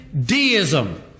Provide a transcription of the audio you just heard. deism